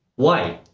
why?